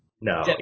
No